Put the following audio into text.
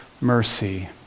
mercy